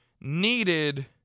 needed